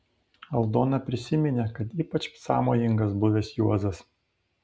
aldona prisiminė kad ypač sąmojingas buvęs juozas